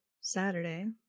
Saturday